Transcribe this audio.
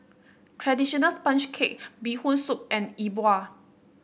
traditional sponge cake Bee Hoon Soup and E Bua